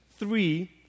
Three